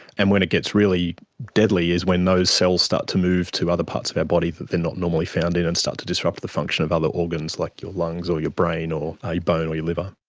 and when it gets really deadly is when those cells start to move to other parts of our body that they are not normally found in and start to disrupt the function of other organs, like your lungs or your brain or a bone or your liver.